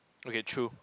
okay true